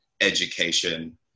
education